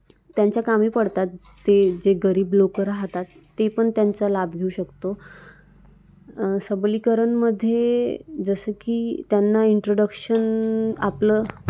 त्यांच्या कामी पडतात ते जे गरीब लोक राहतात ते पण त्यांचा लाभ घेऊ शकतो सबलीकरणामध्ये जसं की त्यांना इंट्रोडक्शन आपलं